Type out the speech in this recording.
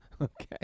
Okay